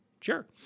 Sure